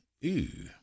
Ew